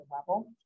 level